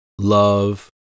love